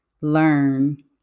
learn